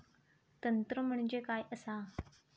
तंत्र म्हणजे काय असा?